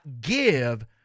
give